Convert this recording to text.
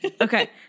Okay